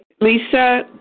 Lisa